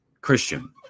Christian